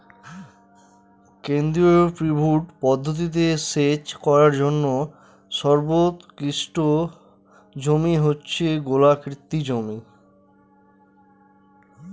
কেন্দ্রীয় পিভট পদ্ধতিতে সেচ করার জন্য সর্বোৎকৃষ্ট জমি হচ্ছে গোলাকৃতি জমি